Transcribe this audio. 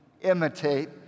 imitate